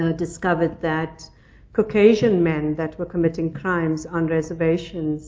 ah discovered that caucasian men that were committing crimes on reservations